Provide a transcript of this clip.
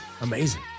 Amazing